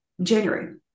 January